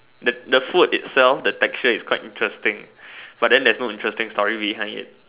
that the food itself the texture is quite interesting but then there's no interesting story behind it